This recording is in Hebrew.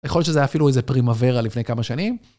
יכול להיות שזה היה אפילו איזה פרימוורה לפני כמה שנים.